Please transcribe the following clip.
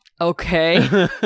Okay